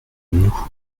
nous